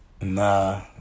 Nah